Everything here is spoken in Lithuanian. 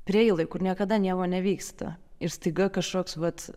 preiloj kur niekada nieko nevyksta ir staiga kažkoks vat